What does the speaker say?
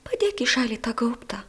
padėk į šalį tą gaubtą